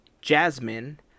Jasmine